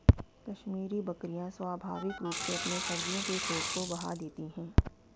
कश्मीरी बकरियां स्वाभाविक रूप से अपने सर्दियों के कोट को बहा देती है